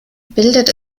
bildet